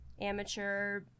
amateur